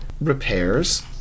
Repairs